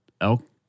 elk